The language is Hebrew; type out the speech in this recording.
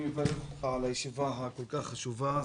אני מברך אותך על הישיבה הכול כך חשובה.